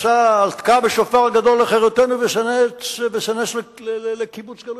"תקע בשופר גדול לחירותנו ושא נס לקבץ גלויותינו",